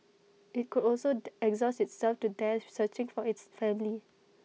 IT could also exhaust itself to death searching for its family